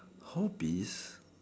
hobbies